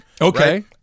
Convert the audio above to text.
okay